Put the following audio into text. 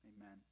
Amen